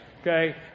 Okay